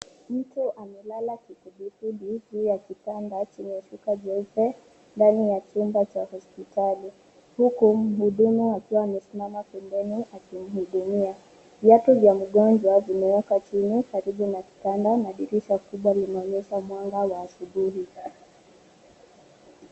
Mtu amelala kifundifundi juu ya kitanda chenye shuka jeupe ndani ya chumba cha hospitali huku mhudumu akiwa amesimama pembeni akimhudumia. Viatu vya mgonjwa vimewekwa chini karibu na kitanda na dirisha kubwa linaleta mwanga wa asubuhi.